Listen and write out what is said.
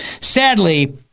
Sadly